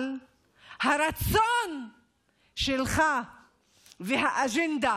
אבל הרצון שלך והאג'נדה